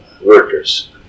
workers